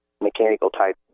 mechanical-type